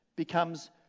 becomes